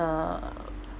uh